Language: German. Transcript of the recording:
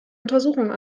untersuchungen